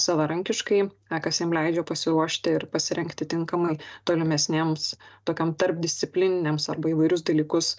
savarankiškai kas jiem leidžia pasiruošti ir pasirengti tinkamai tolimesnėms tokiom tarpdisciplininiams arba įvairius dalykus